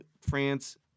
france